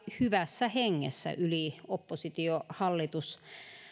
hyvässä hengessä yli oppositio hallitus